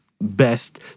best